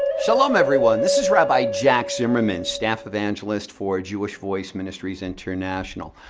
shalom, everyone. this is rabbi jack zimmerman, staff evangelist for jewish voice ministries international.